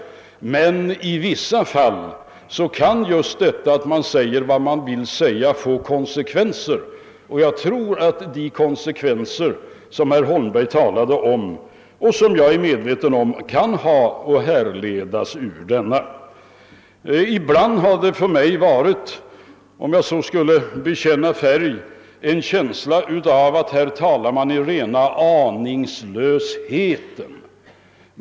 Men i vissa fall kan just detta att man säger vad man vill få konsekvenser. Jag tror att de konsekvenser, som herr Holmberg talade om och som jag är medveten om, kan härledas just ur detta. Ibland har jag — om jag skall bekänna färg — haft en känsla av att här talar man i rena aningslösheten.